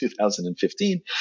2015